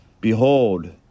behold